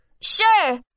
Sure